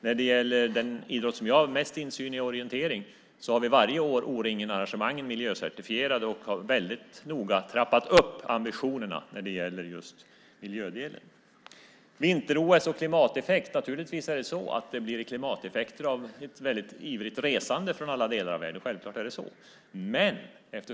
När det gäller den idrott som jag har mest insyn i, nämligen orientering, har vi varje år O-ringenarrangemangen miljöcertifierade, och vi har trappat upp ambitionerna vad gäller miljödelen. Naturligtvis blir det vid ett vinter-OS klimateffekter av ett ivrigt resande från alla delar av världen.